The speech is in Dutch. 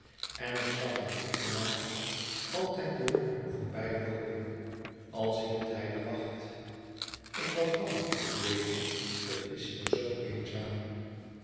en ik zag hem hier van avond altijd door voorbijloopen als hield hij de wacht ik was bang weet u het is hier zoo eenzaam